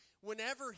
Whenever